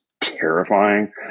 terrifying